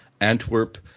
Antwerp